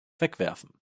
wegwerfen